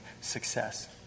success